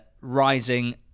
rising